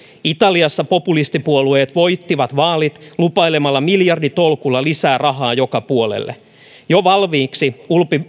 italiassa populistipuolueet voittivat vaalit lupailemalla miljarditolkulla lisää rahaa joka puolelle jo valmiiksi